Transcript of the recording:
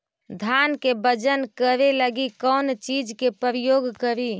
धान के बजन करे लगी कौन चिज के प्रयोग करि?